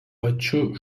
pačiu